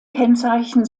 kennzeichen